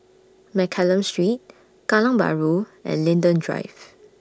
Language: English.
Mccallum Street Kallang Bahru and Linden Drive